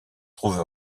trouve